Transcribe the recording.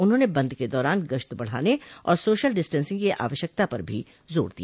उन्होंने बंद के दौरान गश्त बढ़ाने और सोशल डिस्टेंसिंग की आवश्यकता पर भी जोर दिया